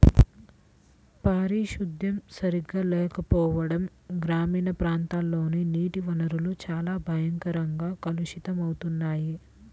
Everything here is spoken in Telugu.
పారిశుద్ధ్యం సరిగా లేకపోవడం గ్రామీణ ప్రాంతాల్లోని నీటి వనరులు చాలా భయంకరంగా కలుషితమవుతున్నాయి